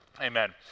Amen